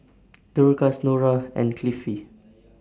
Dorcas Nora and Cliffie